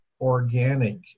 organic